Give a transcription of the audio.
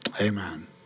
amen